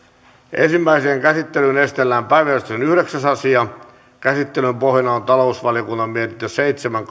ensimmäiseen käsittelyyn esitellään päiväjärjestyksen yhdeksäs asia käsittelyn pohjana on talousvaliokunnan mietintö seitsemän